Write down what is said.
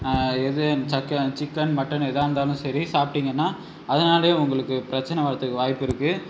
எது சக்க chicken mutton எதாக இருந்தாலும் சரி சாப்பிட்டிங்கன்னா அதுனாலேயும் உங்களுக்கு பிரச்சின வரதுக்கு வாய்ப்பு இருக்குது